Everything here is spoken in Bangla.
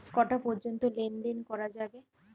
কটা পর্যন্ত লেন দেন করা যাবে?